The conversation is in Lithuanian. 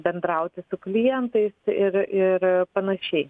bendrauti su klientais ir ir panašiai